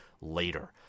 later